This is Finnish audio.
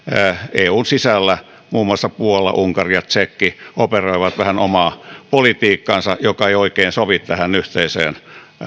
eun sisällä muun muassa puola unkari ja tsekki operoivat vähän omaa politiikkaansa joka ei oikein sovi tähän yhteiseen